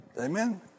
Amen